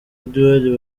edouard